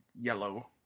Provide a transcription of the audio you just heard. yellow